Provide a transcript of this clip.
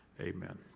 Amen